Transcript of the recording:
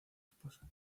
esposa